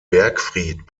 bergfried